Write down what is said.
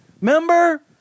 Remember